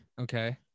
Okay